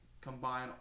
combine